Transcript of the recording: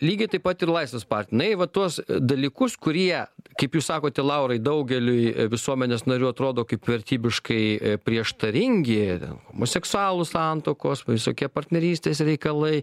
lygiai taip pat ir laisvės partija na ji va tuos dalykus kurie kaip jūs sakote laurai daugeliui visuomenės narių atrodo kaip vertybiškai prieštaringi homoseksualų santuokos visokie partnerystės reikalai